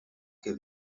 que